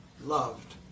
loved